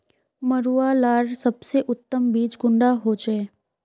मरुआ लार सबसे उत्तम बीज कुंडा होचए?